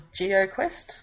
GeoQuest